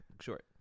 Short